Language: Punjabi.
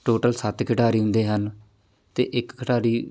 ਟੋਟਲ ਸੱਤ ਖਿਡਾਰੀ ਹੁੰਦੇ ਹਨ ਅਤੇ ਇੱਕ ਖਿਡਾਰੀ